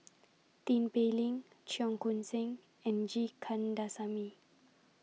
Tin Pei Ling Cheong Koon Seng and G Kandasamy